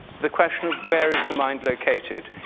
the question of where is the mind located?